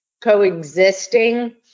coexisting